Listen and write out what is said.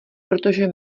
protože